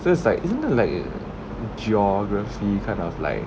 so it's like isn't that like geography kind of like